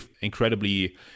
incredibly